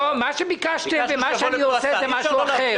לא, מה שביקשתם ומה שאני עושה זה משהו אחר.